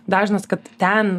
dažnas kad ten